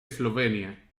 eslovenia